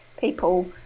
people